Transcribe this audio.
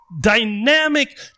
dynamic